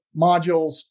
modules